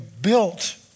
built